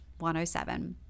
107